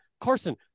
Carson